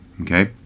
okay